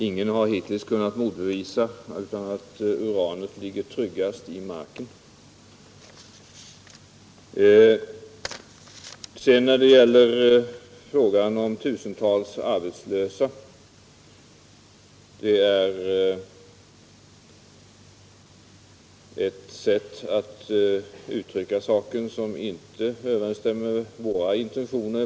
Ingen har hittills kunnat motbevisa att uranet ligger tryggast om det får vara kvar i marken. När det sedan gäller talet om tusentals arbetslösa är det något som i varje fall inte överensstämmer med våra intentioner.